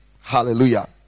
Hallelujah